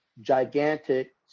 gigantic